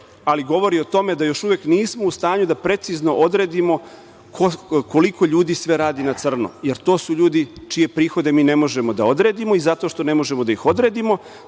ali govori o tome da još uvek nismo u stanju da precizno odredimo koliko ljudi sve radi na crno jer to su ljudi čije prihode mi ne možemo da odredimo i zato što ne možemo da ih odredimo